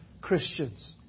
Christians